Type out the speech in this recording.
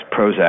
Prozac